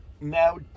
Now